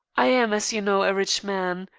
i am, as you know, a rich man.